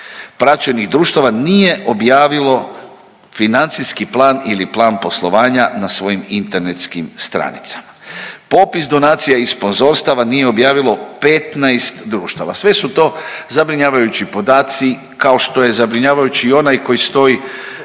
praćenih društava nije objavilo financijski plan ili plan poslovanja na svojim internetskim stranicama. Popis donacija i sponzorstava nije objavilo 15 društava. Sve su to zabrinjavajući podaci kao što je zabrinjavajući onaj koji stoji